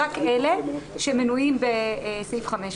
רק אלה שמנויים בסעיף 5(ב).